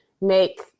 make